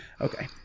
okay